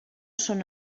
són